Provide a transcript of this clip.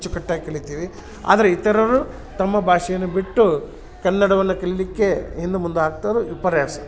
ಅಚ್ಚುಕಟ್ಟಾಗಿ ಕಲಿತೀವಿ ಆದರೆ ಇತರರು ತಮ್ಮ ಭಾಷೆಯನ್ನು ಬಿಟ್ಟು ಕನ್ನಡವನ್ನ ಕಲಿಲಿಕ್ಕೆ ಹಿಂದು ಮುಂದಾಗ್ತದು ವಿಪರ್ಯಾಸ